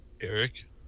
Eric